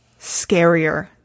scarier